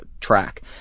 track